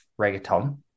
reggaeton